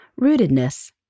rootedness